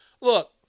Look